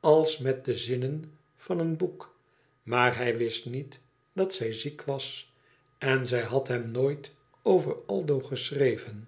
als met de zinnen van een boek maar hij wist niet dat zij ziek was en zij had hem nooit over aldo geschreven